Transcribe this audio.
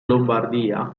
lombardia